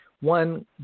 One